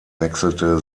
wechselte